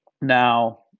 Now